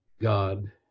God